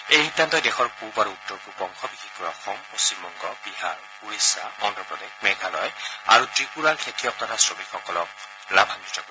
এই সিদ্ধান্তই দেশৰ পূব আৰু উত্তৰ পূব প্ৰান্তৰ বিশষকৈ অসম পশ্চিমবংগ বিহাৰ ওড়িশা অন্ধপ্ৰদেশ মেঘালয় আৰু ত্ৰিপুৰাৰ খেতিয়ক তথা শ্ৰমিকসকলক লাভায়িত কৰিব